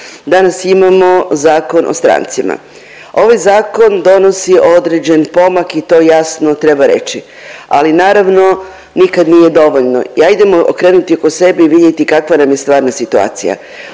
Danas imamo Zakon o strancima. Ovaj zakon donosi određen pomak i to jasno treba reći, ali naravno nikad nije dovoljno i ajdemo okrenuti po sebi i vidjeti kakva nam je stvarna situacija.